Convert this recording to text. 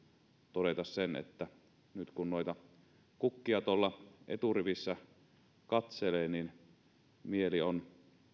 todeta sen että nyt kun noita kukkia tuolla eturivissä katselee niin mieli on